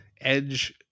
Edge